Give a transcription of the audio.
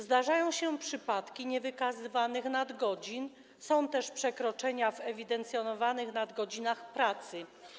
Zdarzają się przypadki niewykazywanych nadgodzin, są też przekroczenia w ewidencjonowanych nadgodzinach pracy.